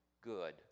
good